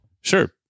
sure